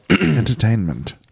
entertainment